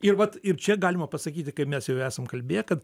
ir vat ir čia galima pasakyti kaip mes jau esam kalbėję kad